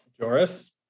Joris